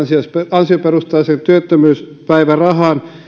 ansioperusteiseen työttömyyspäivärahaan